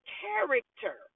character